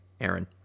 Aaron